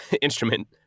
instrument